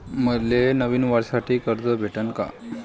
मले नवीन वर्षासाठी कर्ज भेटन का?